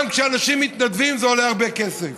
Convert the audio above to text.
גם כשאנשים מתנדבים, זה עולה הרבה כסף.